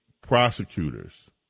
prosecutors